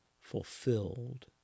fulfilled